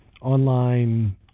online